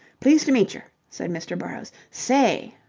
pleased to meecher, said mr. burrowes. say.